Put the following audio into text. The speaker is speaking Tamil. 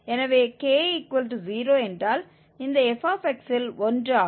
எனவே k0 என்றால் இந்த f இல் 1 ஆகும்